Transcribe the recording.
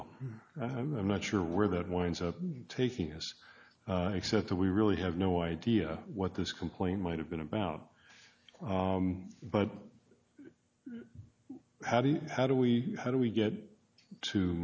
know i'm not sure where that winds up taking us except that we really have no idea what this complaint might have been about but how do you how do we how do we get to